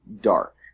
dark